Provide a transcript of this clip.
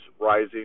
rising